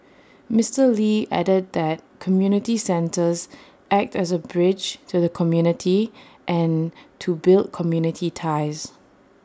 Mister lee added that community centres act as A bridge to the community and to build community ties